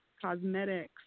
cosmetics